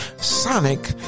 Sonic